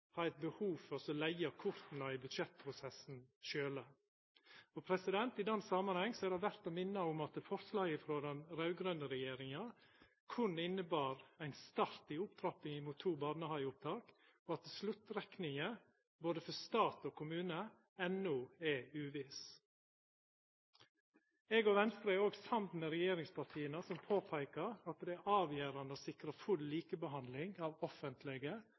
har eit behov for sjølve å leggja korta i budsjettprosessen. I den samanhengen er det verdt å minna om at forslaget frå den raud-grøne regjeringa berre innebar ein start i opptrappinga med to barnehageopptak, og at sluttrekninga både for stat og kommune enno er uviss. Eg og Venstre er òg samde med regjeringspartia, som påpeiker at det er avgjerande å sikra full likebehandling av offentlege